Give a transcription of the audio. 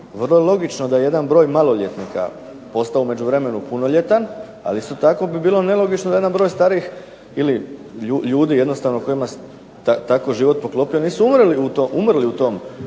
Vrlo je logično da jedan broj maloljetnika postao u međuvremenu punoljetan, ali isto tako bi bilo nelogično da jedan broj starijih ili ljudi jednostavno kojima se tako život poklopio nisu umrli u tom